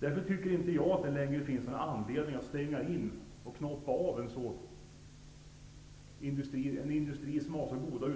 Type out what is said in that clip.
Därför tycker inte jag att det längre finns anledning att stänga in och knoppa av en industri som, om man ser